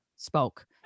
spoke